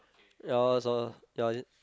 ya I was on yeah I was in